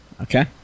Okay